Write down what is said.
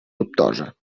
dubtosa